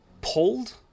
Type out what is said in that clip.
Pulled